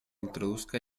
introduzca